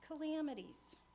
calamities